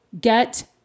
get